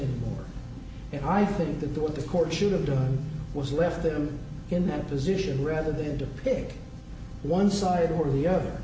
and i think that the what the court should have done was left them in that position rather than to pick one side or the other